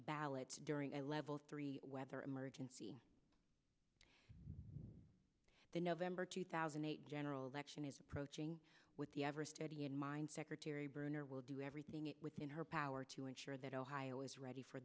ballots during a level three weather emergency the november two thousand and eight general election is approaching with the every study in mind secretary bruner will do everything within her power to ensure that ohio is ready for